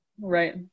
right